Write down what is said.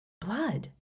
Blood